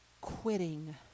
quitting